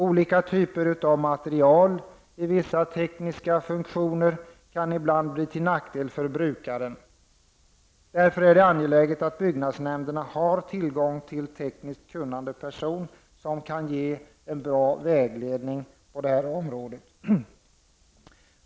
Olika typer av material i vissa tekniska funktioner kan ibland bli till nackdel för brukaren. Därför är det angeläget att byggnadsnämnderna har tillgång till tekniskt kunnig personal som kan ge bra vägledning på det här området.